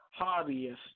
hobbyist